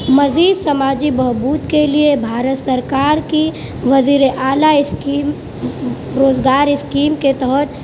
مزید سماجی بہبود کے لئے بھارت سرکار کی وزیراعلیٰ اسکیم روزگار اسکیم کے تحت